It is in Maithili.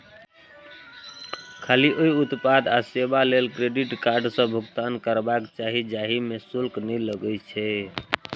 खाली ओइ उत्पाद आ सेवा लेल क्रेडिट कार्ड सं भुगतान करबाक चाही, जाहि मे शुल्क नै लागै छै